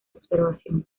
observación